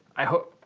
i hope.